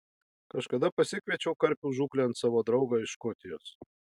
kažkada pasikviečiau karpių žūklėn savo draugą iš škotijos